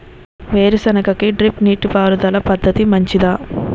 వేరుసెనగ కి డ్రిప్ నీటిపారుదల పద్ధతి మంచిదా?